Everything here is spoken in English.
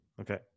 Okay